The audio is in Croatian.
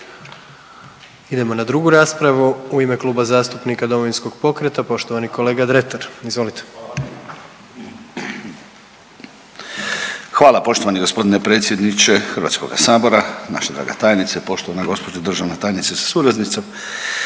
Idemo na 2. raspravu, u ime Kluba zastupnika Domovinskog pokreta poštovani kolega Dretar, izvolite. **Dretar, Davor (DP)** Hvala poštovani g. predsjedniče HS, naša draga tajnice, poštovana gđo. državna tajnice sa suradnicom.